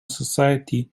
society